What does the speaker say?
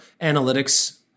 analytics